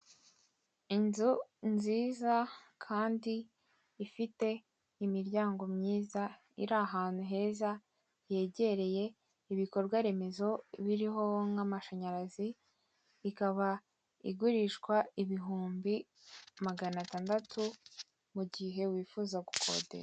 Inzu nziza kandi ifite imiryango myiza iri ahantu heza hegereye ibikorwaremezo biriho nk'amashanyarazi, ikaba igurishwa ibihumbi magana atandatu mu gihe mu gihe wifuza gukodesha